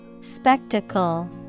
Spectacle